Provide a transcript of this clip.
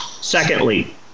Secondly